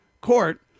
court